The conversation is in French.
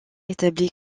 établi